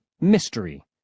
Mystery